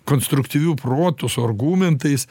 konstruktyviu protu su argumentais